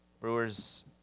Brewers –